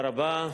תודה רבה.